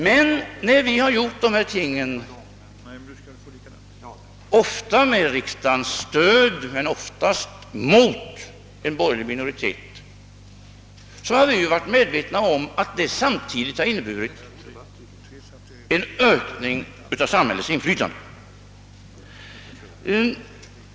Men när vi gjort detta — ofta med riksdagens fulla stöd men oftast mot en borgerlig minoritet — har vi samtidigt varit medvetna om att det har inneburit en ökning av samhällets inflytande.